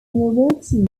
milwaukee